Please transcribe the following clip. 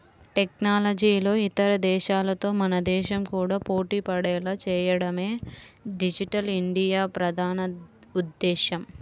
టెక్నాలజీలో ఇతర దేశాలతో మన దేశం కూడా పోటీపడేలా చేయడమే డిజిటల్ ఇండియా ప్రధాన ఉద్దేశ్యం